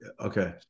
okay